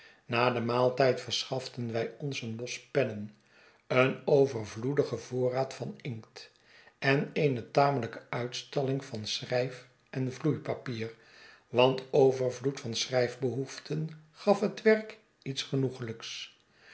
na den maaltijd verschaften wij ons een bos pennen een overvloedigen vborraad van inkt en eene tamelijke uitstalling van schrijf en vloeipapier want overvloed van schrijf behoeften gaf het werk iets genoeglijks